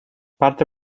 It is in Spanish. parte